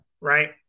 right